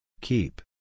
Keep